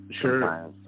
Sure